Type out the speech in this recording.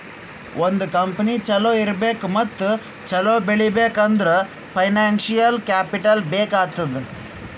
ಒಂದ್ ಕಂಪನಿ ಛಲೋ ಇರ್ಬೇಕ್ ಮತ್ತ ಛಲೋ ಬೆಳೀಬೇಕ್ ಅಂದುರ್ ಫೈನಾನ್ಸಿಯಲ್ ಕ್ಯಾಪಿಟಲ್ ಬೇಕ್ ಆತ್ತುದ್